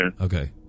Okay